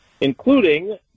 including